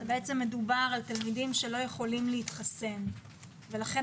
בעצם מדובר על תלמידים שלא יכולים להתחסן ולכן